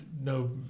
no